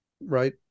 right